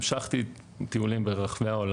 אני מתחבר דווקא למילים שלך.